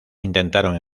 intentaron